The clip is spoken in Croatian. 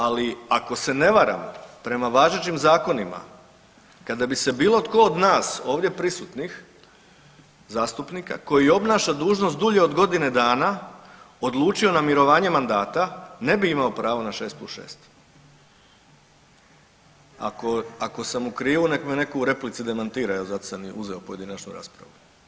Ali ako se ne varam prema važećim zakonima kada bi se bilo tko od nas ovdje prisutnih zastupnika koji obnaša dužnost dulje od godine dana odlučio na mirovanje mandata ne bi imao pravo na 6 + 6. Ako, ako sam u krivu nek me neko u replici demantira jer zato sam i uzeo pojedinačnu raspravu.